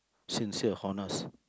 sincere honest